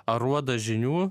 aruodą žinių